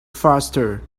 faster